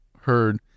heard